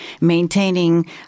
maintaining